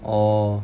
orh